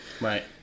Right